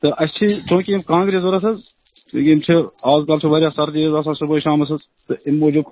تہٕ اسہ چھِ چونٛکہ یم کانٛگرِ ضوٚرتھ حظ یم چھِ آزکل چھِ واریاہ سردی حظ آسان صُبحَس شامَز حظ تہٕ امہ موٗجُب